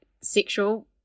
sexual